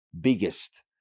biggest